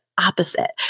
opposite